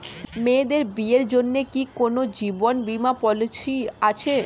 মেয়েদের বিয়ের জন্য কি কোন জীবন বিমা পলিছি আছে?